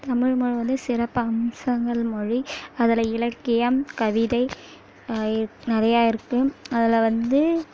தமிழ்மொழி வந்து சிறப்பு அம்சங்கள் மொழி அதில் இலக்கியம் கவிதை நிறையா இருக்கு அதில் வந்து